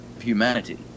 humanity